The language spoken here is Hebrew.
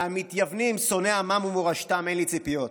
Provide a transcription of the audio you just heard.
מהמתייוונים שונאי עמם ומורשתם אין לי ציפיות,